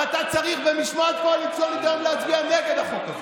ואתה צריך במשמעת קואליציונית היום להצביע נגד החוק הזה.